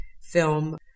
film